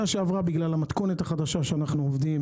בגלל המתכונת החדשה שאנחנו עובדים,